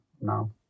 no